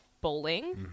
Bowling